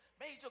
major